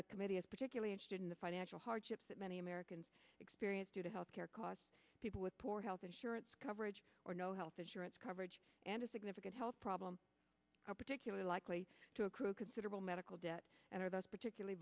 is particularly interested in the financial hardships that many americans experience due to health care costs people with poor health insurance coverage or no health insurance coverage and a significant health problem are particularly likely to accrue considerable medical debt and are thus particularly